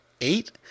Eight